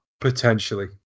potentially